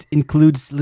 includes